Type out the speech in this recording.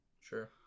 Sure